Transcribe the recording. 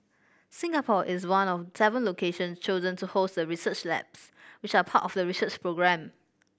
Singapore is one of seven locations chosen to host the research labs which are part of the research programme